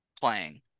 playing